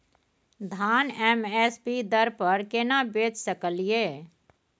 धान M S P दर पर केना बेच सकलियै?